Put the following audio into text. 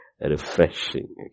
refreshing